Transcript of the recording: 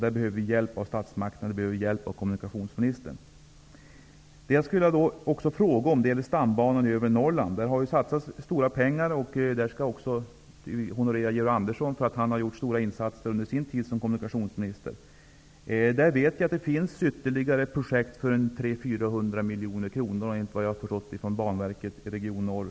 Där behöver vi hjälp från statsmakterna och kommunikationsministern. Norrland. Där har det ju satsats stora pengar. Det vill jag också honorera Georg Andersson för. Han har gjort stora insatser här under sin tid som kommunikationsminister. Jag vet att det finns ytterligare projekt för ca 300--400 mkr enligt vad jag förstått från Banverket, region Norr.